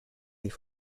sie